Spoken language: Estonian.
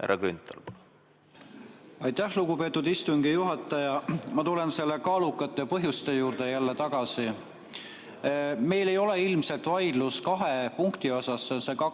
palun! Aitäh, lugupeetud istungi juhataja! Ma tulen nende kaalukate põhjuste juurde jälle tagasi. Meil ei ole ilmselt vaidlust kahe punkti osas, need